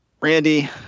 Randy